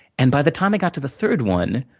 and, by the time i got to the third one,